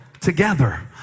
together